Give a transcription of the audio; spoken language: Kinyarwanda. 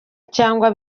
cyangwa